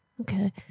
Okay